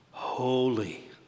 Holy